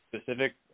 specific